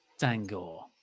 Dangor